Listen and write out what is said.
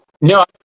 No